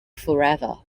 forever